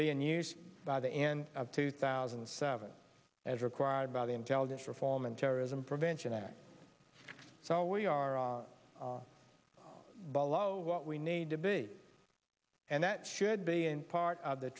be in use by the end of two thousand and seven as required by the intelligence reform and terrorism prevention act so we are bhalo what we need to be and that should be in part of the